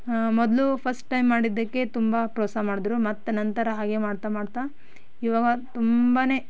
ಹಾಂ ಮೊದಲು first time ಮಾಡಿದ್ದಕ್ಕೆ ತುಂಬ ಪ್ರೋತ್ಸಾಹ ಮಾಡಿದ್ರು ಮತ್ತೆ ನಂತರ ಹಾಗೇ ಮಾಡ್ತಾ ಮಾಡ್ತಾ ಇವಾಗ ತುಂಬನೇ